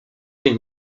ten